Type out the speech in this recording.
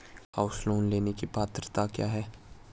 House loan लेने की पात्रता क्या है?